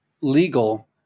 legal